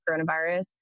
coronavirus